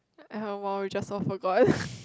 oh !wow! we just all forgot